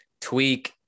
tweak